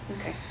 okay